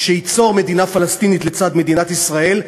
שייצור מדינה פלסטינית לצד מדינת ישראל,